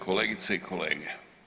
Kolegice i kolege.